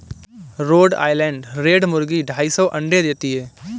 road Island Red मुर्गी ढाई सौ अंडे देती है